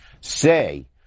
say